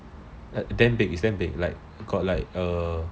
it's damn big got like err